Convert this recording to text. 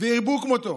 וירבו כמותו.